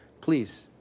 please